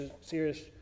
serious